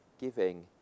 giving